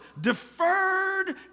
deferred